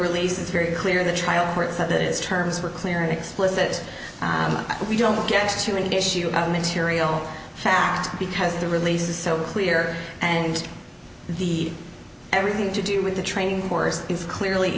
release is very clear the trial court said that is terms were clear and explicit we don't get to an issue of material fact because the release is so clear and the everything to do with the training course is clearly